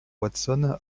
watson